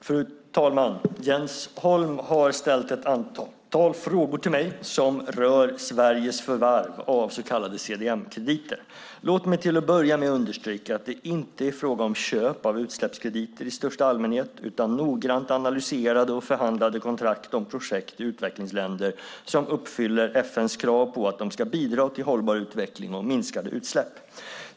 Fru talman! Jens Holm har ställt ett antal frågor till mig som rör Sveriges förvärv av så kallade CDM-krediter. Låt mig till att börja med understryka att det inte är fråga om köp av utsläppskrediter i största allmänhet utan noggrant analyserade och förhandlade kontrakt om projekt i utvecklingsländer som uppfyller FN:s krav på att de ska bidra till hållbar utveckling och minskade utsläpp.